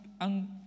ang